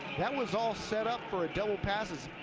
that was all set up for a double pass,